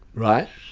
right?